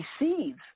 receive